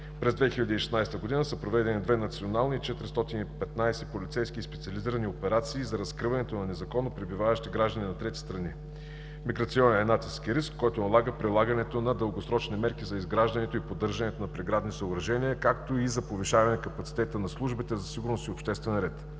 През 2016 г. са проведени 2 национални и 415 полицейски и специализирани операции за разкриване на незаконно пребиваващи граждани на трети страни. Миграционният натиск е риск, който налага прилагането на дългосрочни мерки за изграждане и поддържане на преградни съоръжения, както и за повишаване капацитета на службите за сигурност и обществен ред.